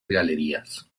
galerías